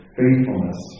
faithfulness